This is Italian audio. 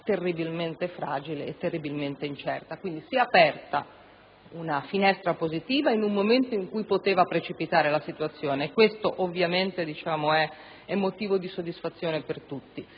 terribilmente fragile ed incerta. Si è aperta una finestra positiva in un momento in cui poteva precipitare la situazione; ovviamente ciò è motivo di soddisfazione per tutti.